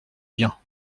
bien